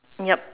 yup